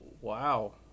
Wow